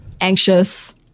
anxious